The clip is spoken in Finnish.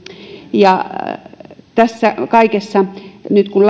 ja tässä kaikessa nyt kun